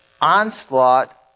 onslaught